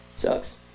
sucks